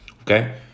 okay